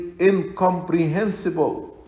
incomprehensible